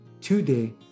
today